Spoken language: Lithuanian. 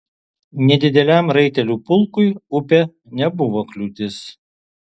nedideliam raitelių pulkui upė nebuvo kliūtis